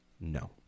No